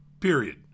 Period